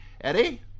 Eddie